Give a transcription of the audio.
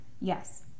yes